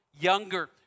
Younger